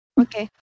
Okay